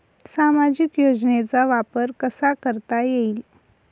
सामाजिक योजनेचा वापर कसा करता येईल?